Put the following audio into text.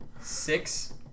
Six